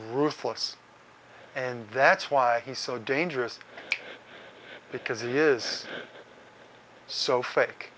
ruthless and that's why he's so dangerous because he is so fake